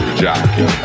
jockey